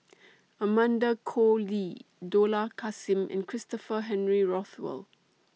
Amanda Koe Lee Dollah Kassim and Christopher Henry Rothwell